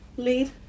lead